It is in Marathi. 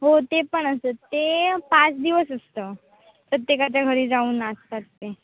हो ते पण असतं ते पाच दिवस असतं प्रत्येकाच्या घरी जाऊन नाचतात ते